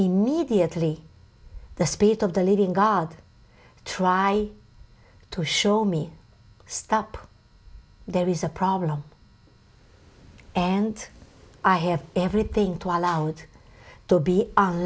immediately the spirit of the living god try to show me stop there is a problem and i have everything to allow that to be o